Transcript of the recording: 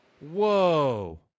Whoa